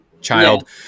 child